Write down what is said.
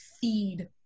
feed